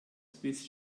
bist